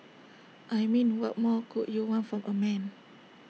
I mean what more could you want from A man